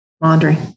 laundry